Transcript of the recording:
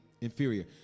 inferior